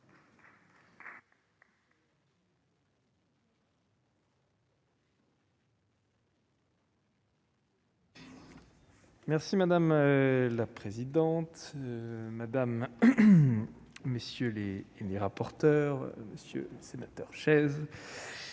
Madame la présidente, madame, messieurs les rapporteurs, monsieur le sénateur Chaize,